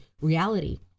reality